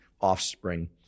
offspring